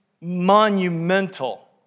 monumental